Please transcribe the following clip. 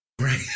Right